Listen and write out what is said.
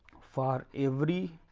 for every